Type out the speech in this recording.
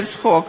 זה צחוק.